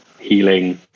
healing